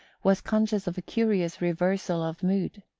was conscious of a curious reversal of mood.